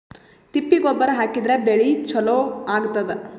ತಿಪ್ಪಿ ಗೊಬ್ಬರ ಹಾಕಿದ್ರ ಬೆಳಿ ಚಲೋ ಆಗತದ?